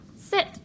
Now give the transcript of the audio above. Sit